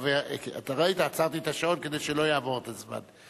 אתה ראית, עצרתי את השעון כדי שלא יעבור את הזמן.